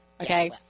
okay